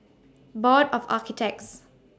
Board of Architects